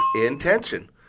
intention